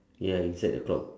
ya inside the clock